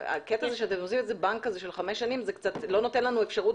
אתם נותנים בנק של חמש שנים וזה לא נותן אפשרות